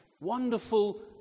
Wonderful